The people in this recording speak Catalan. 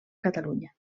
catalunya